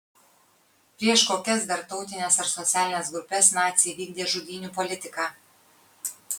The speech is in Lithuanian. prieš kokias dar tautines ar socialines grupes naciai vykdė žudynių politiką